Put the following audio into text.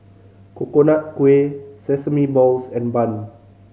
Coconut Kuih sesame balls and bun